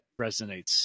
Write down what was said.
resonates